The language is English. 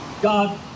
God